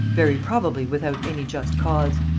very probably without any just cause.